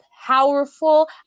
powerful